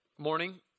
morning